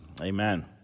Amen